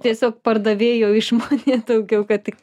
tiesiog pardavėjo išmonė daugiau kad tik